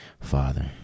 Father